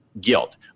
guilt